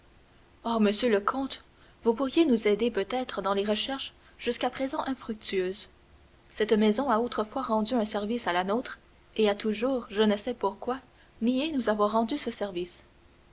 oh monsieur le comte vous pourriez nous aider peut-être dans des recherches jusqu'à présent infructueuses cette maison a autrefois rendu un service à la nôtre et a toujours je ne sais pourquoi nié nous avoir rendu ce service